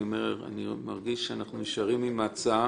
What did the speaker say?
אני מרגיש שאנחנו נשארים עם ההצעה